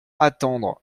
attendre